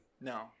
no